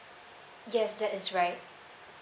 yes that is right